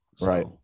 Right